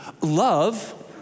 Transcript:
love